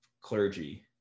clergy